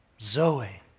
Zoe